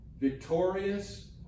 victorious